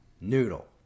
noodle